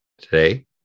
today